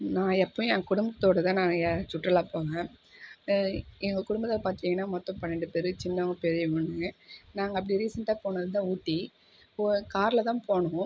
நான் எப்பையும் என் குடும்பத்தோட தான் நிறைய சுற்றுலா போவேன் எங்கள் குடும்பத்தில் பார்த்தீங்கன்னா மொத்தம் பன்னெண்டு பேர் சின்னவங்க பெரியவங்கன்னு நாங்கள் அப்படி ரீசன்ட்டாக போனது தான் ஊட்டி ஒ கார்ல தான் போனோம்